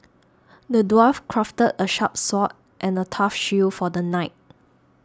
the dwarf crafted a sharp sword and a tough shield for the knight